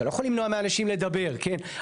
אתה לא יכול למנוע מאנשים לדבר, כן?